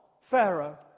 Pharaoh